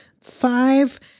five